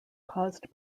caused